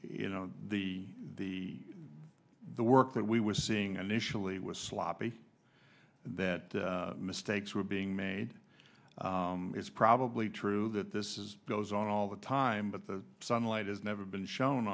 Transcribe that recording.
you know the the the work that we were seeing an initially was sloppy that mistakes were being made it's probably true that this is goes on all the time but sunlight is never been shown